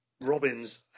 Robin's